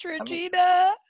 Regina